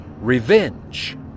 revenge